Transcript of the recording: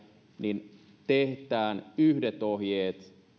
niin tehdään yhdet ohjeet